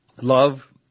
Love